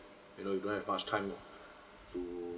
you know you don't have much time to